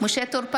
משה טור פז,